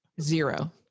Zero